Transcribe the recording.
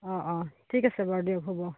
অ' অ' ঠিক আছে বাৰু দিয়ক হ'ব